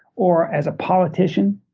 or as a politician,